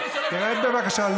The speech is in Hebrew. תרד, בבקשה.